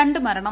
രണ്ടു മരണം